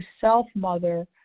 self-mother